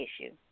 issue